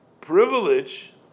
privilege